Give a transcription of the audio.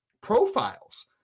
profiles